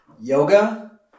yoga